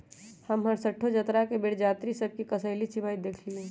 हम हरसठ्ठो जतरा के बेर जात्रि सभ के कसेली चिबाइत देखइलइ